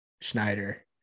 Schneider